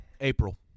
April